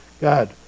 God